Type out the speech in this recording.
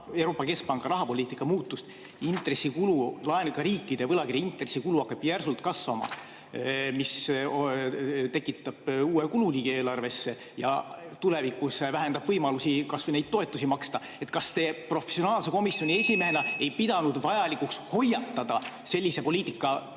Euroopa Keskpanga rahapoliitika muutust, riikide laenude puhul, võlakirjade intressikulu hakkab järsult kasvama, mis tekitab uue kululiigi eelarvesse ja tulevikus vähendab võimalusi kas või toetusi maksta. Kas te professionaalse komisjoni esimehena ei pidanud vajalikuks hoiatada sellise poliitika negatiivsete